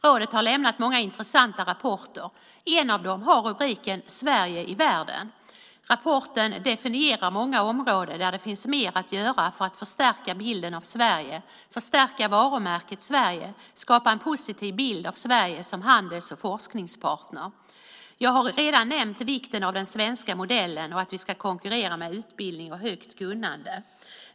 Rådet har lämnat många intressanta rapporter. En av dem har rubriken Sverige i världen . Rapporten definierar många områden där det finns mer att göra för att förstärka bilden av Sverige, förstärka varumärket Sverige och skapa en positiv bild av Sverige som handels och forskningspartner. Jag har redan nämnt vikten av den svenska modellen och att vi ska konkurrera med utbildning och högt kunnande.